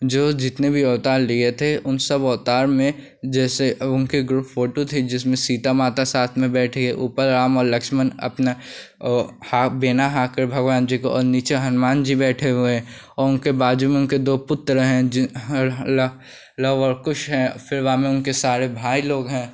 जो जितने भी अवतार लिए थे उन सब अवतार में जैसे उनके ग्रुप फोटो थी जिसमें सीता माता साथ में बैठी हैं ऊपर राम और लक्ष्मण अपना हा बेना हाँककर भगवान जी को और नीचे हनुमान जी बैठे हुए हैं और उनके बाजू में उनके दो पुत्र हैं जिनके ल लव और कुश हैं फिर राम और उनके सारे भाई लोग हैं